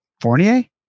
Fournier